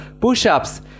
push-ups